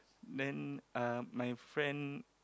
then uh my friend